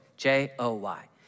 J-O-Y